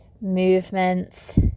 movements